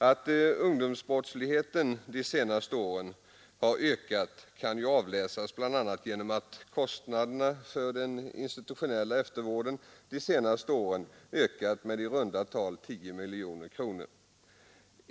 Att ungdomsbrottsligheten de senaste åren har ökat kan ju avläsas bl.a. genom att kostnaderna för den institutionella eftervården de senaste åren ökat med i runt tal 10 miljoner kronor.